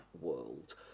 world